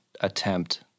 attempt